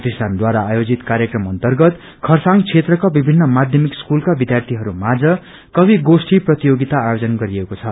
प्रतिष्ठानद्वारा आयोजित कार्यक्रम अन्तर्गत खरसाङँ क्षेत्रका विभिन्न माध्यमिक स्कूलका विद्यार्थीहरू माझ कवि गोष्ठी प्रतियोगिता आयोजन गरिएको छ